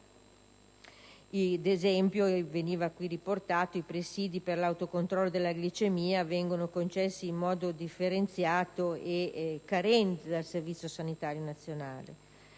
Ad esempio, veniva riportato che i presìdi per l'autocontrollo della glicemia vengono concessi in modo differenziato e carente dal Servizio sanitario nazionale;